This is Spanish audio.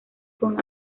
con